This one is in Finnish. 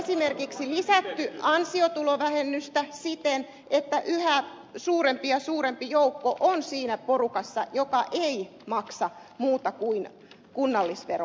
on esimerkiksi lisätty ansiotulovähennystä siten että yhä suurempi ja suurempi joukko on siinä porukassa joka ei maksa muuta kuin kunnallisveroa